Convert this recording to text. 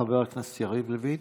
חבר הכנסת יריב לוין?